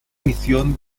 misión